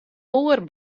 oar